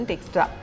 Extra